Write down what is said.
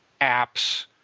Apps